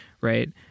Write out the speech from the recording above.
right